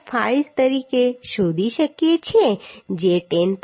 5 તરીકે શોધી શકીએ છીએ જે 10